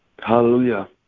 Hallelujah